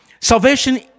Salvation